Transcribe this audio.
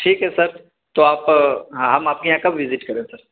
ٹھیک ہے سر تو آپ ہم آپ کے یہاں کب وزٹ کریں سر